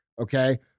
okay